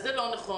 אבל זה לא נכון.